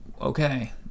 okay